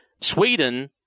Sweden